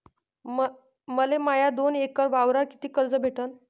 मले माया दोन एकर वावरावर कितीक कर्ज भेटन?